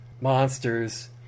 monsters